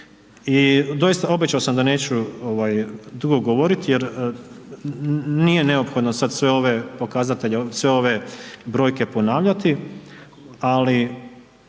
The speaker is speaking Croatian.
I doista, obećo sam da neću ovaj dugo govoriti jer nije neophodno sad sve ove pokazatelje,